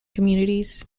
communities